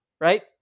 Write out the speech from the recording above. right